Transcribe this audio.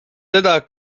seda